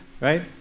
right